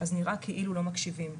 אז נראה כאילו לא מקשיבים.